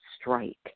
strike